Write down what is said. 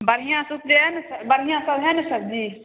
बढ़िआँसँ उपजै अइ ने बढ़िआँसब हइ ने सब्जी